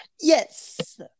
Yes